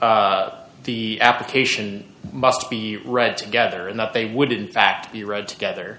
and the application must be read together and that they would in fact the read together